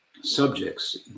subjects